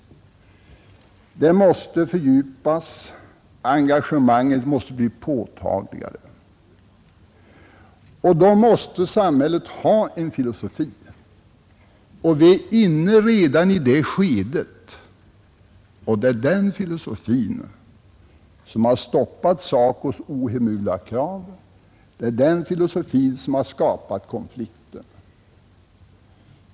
Engagemanget måste fördjupas och bli mera påtagligt, och då måste samhället ha en filosofi. Vi är redan inne i det skeendet, och det är den filosofin som har stoppat SACO:s ohemula krav, det är den filosofin som har skapat konflikten.